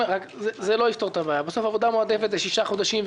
זה לא צריך להיות אחד על חשבון השני.